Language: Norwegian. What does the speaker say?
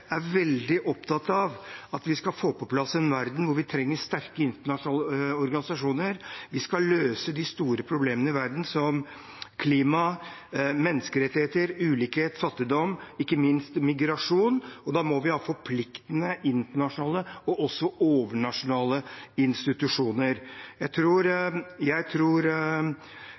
er veldig opptatt av en verden hvor vi trenger – og får på plass – sterke internasjonale organisasjoner. Vi skal løse de store problemene i verden, som klima, menneskerettigheter, ulikhet, fattigdom – migrasjon ikke minst. Da må vi ha forpliktende internasjonale og også overnasjonale institusjoner. Jeg tror